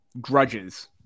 grudges